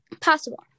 possible